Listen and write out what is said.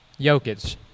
Jokic